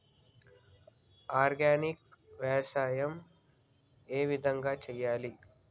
Organic వ్యవసాయం ఏ విధంగా చేయాలి?